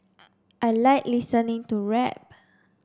I like listening to rap